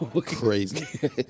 crazy